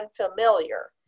unfamiliar